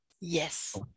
Yes